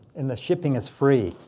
and the shipping is free.